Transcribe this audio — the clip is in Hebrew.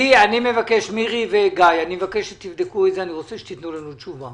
מירי וגיא, אנא תבדקו את זה ותנו לנו תשובה